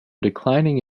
declining